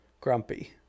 Grumpy